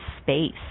space